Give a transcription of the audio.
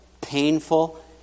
painful